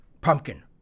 pumpkin